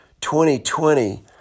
2020